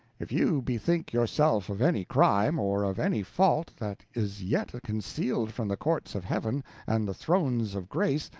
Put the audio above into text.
if you bethink yourself of any crime, or of any fault, that is yet concealed from the courts of heaven and the thrones of grace,